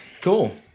Cool